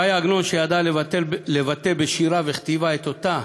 ש"י עגנון ידע לבטא בשירה וכתיבה את אותה